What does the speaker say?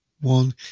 one